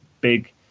big